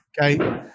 Okay